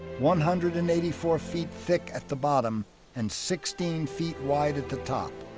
one hundred and eighty four feet thick at the bottom and sixteen feet wide at the top.